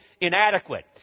inadequate